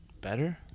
better